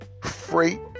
freight